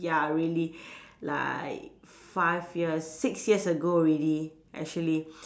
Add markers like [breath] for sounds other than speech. ya really [breath] like five year six years ago already actually